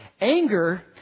Anger